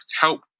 help